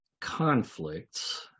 conflicts